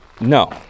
No